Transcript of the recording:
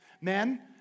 Men